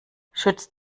schützt